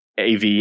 AV